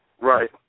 Right